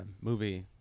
movie